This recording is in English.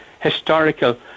historical